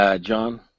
John